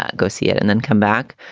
ah go see it and then come back.